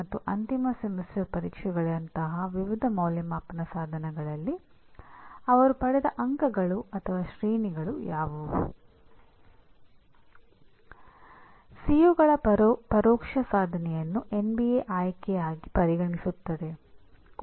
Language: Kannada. ಅದು ಶಿಕ್ಷಣದ ಒಂದು ವಿಧಾನವಾಗಿದ್ದು ಇದರಲ್ಲಿ ಪಠ್ಯಕ್ರಮ ಸೂಚನೆ ಮತ್ತು ಅಂದಾಜುವಿಕೆಯ ನಿರ್ಧಾರಗಳು ನಿರ್ಗಮನ ಕಲಿಕೆಯ ಪರಿಣಾಮಗಳಿಂದ ಪ್ರೇರೇಪಿಸಲ್ಪಡುತ್ತವೆ